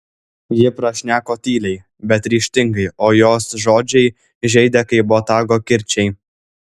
ji prašneko tyliai bet ryžtingai o jos žodžiai žeidė kaip botago kirčiai